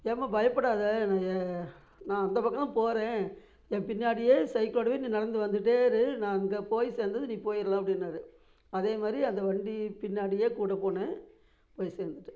ஏம்மா பயப்படாத நான் ஏ நான் அந்தப்பக்கம் தான் போகிறேன் ஏன் பின்னாடியே சைக்கிளோடவே நீ நடந்து வந்துகிட்டே இரு நான் அங்கே போய் சேர்ந்ததும் நீ போயிடலாம் அப்படின்னாரு அதேமாதிரி அந்த வண்டி பின்னாடியே கூட போனேன் போய் சேர்ந்துட்டேன்